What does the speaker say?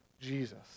Jesus